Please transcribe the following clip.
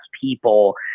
people